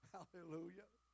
Hallelujah